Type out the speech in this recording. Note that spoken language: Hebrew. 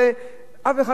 אף אחד לא מדבר עליו,